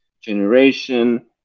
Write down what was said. generation